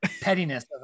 pettiness